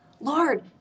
Lord